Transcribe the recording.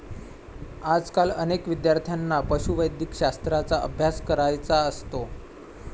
आजकाल अनेक विद्यार्थ्यांना पशुवैद्यकशास्त्राचा अभ्यास करायचा असतो